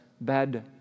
bad